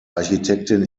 architektin